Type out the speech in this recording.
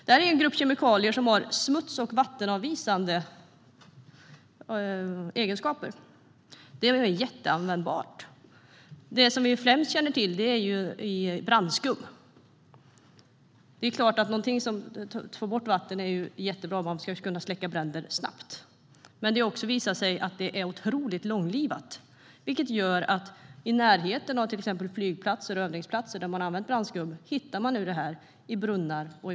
Det är en grupp kemikalier som har smuts och vattenavvisande egenskaper, och det är väl jätteanvändbart. Den användning vi främst känner till är i brandskum. Det är klart att någonting som får bort vatten är jättebra om man ska kunna släcka bränder snabbt, men det har också visat sig att ämnena är otroligt långlivade. Det gör att man nu hittar dem i brunnar och vatten i närheten av till exempel flygplatser och övningsplatser där brandskum har använts.